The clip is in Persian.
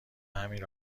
همین